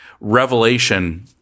Revelation